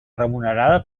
remunerada